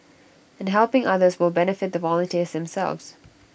and helping others will benefit the volunteers themselves